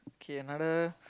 okay another